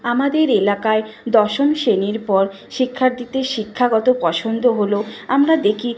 আমাদের এলাকায় দশম শ্রেণীর পর শিক্ষার্থীদের শিক্ষাগত পছন্দ হলো আমরা দেখি